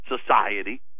society